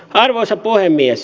arvoisa puhemies